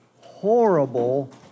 horrible